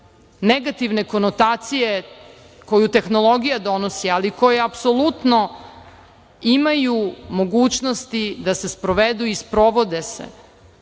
negativne konotacije koju tehnologija donosi, ali koje apsolutno imaju mogućnosti da se sprovedu i sprovode se.